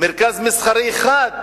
מרכז מסחרי אחד,